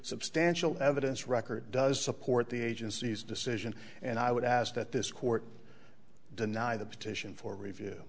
substantial evidence record does support the agency's decision and i would ask that this court deny the petition for review